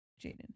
Jaden